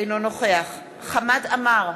אינו נוכח חמד עמאר,